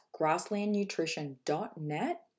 grasslandnutrition.net